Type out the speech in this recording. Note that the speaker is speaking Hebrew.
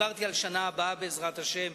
דיברתי על השנה הבאה, בעזרת השם.